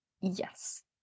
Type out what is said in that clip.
yes